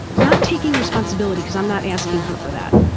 not taking responsibility, because i'm not asking her for that.